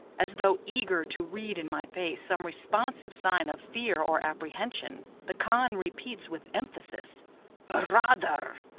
as though eager to read in my face some responsive sign of fear or apprehension, the khan repeats with emphasis bur-raa-ther,